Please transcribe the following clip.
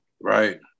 Right